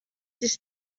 this